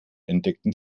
entdeckten